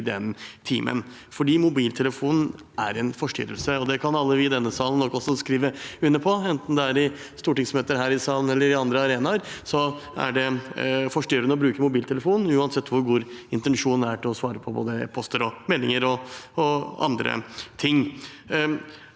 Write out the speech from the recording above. for mobiltelefonen er en forstyrrelse. Det kan nok alle vi i denne salen også skrive under på. Enten det er i stortingsmøter her i salen eller på andre arenaer, er det forstyrrende å bruke mobiltelefonen, uansett hvor god intensjonen er, bl.a. til å svare på e-poster, meldinger og annet.